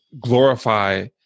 glorify